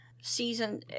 season